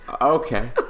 okay